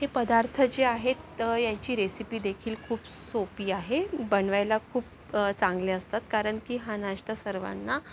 हे पदार्थ जे आहेत यांची रेसिपी देखील खूप सोपी आहे बनवायला खूप चांगले असतात कारण की हा नाश्ता सर्वांना